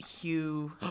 Hugh